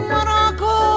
Morocco